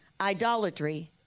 idolatry